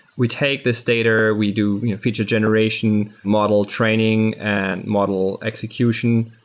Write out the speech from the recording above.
we take this data. we do feature generation, model training and model execution.